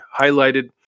highlighted